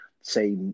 say